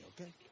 okay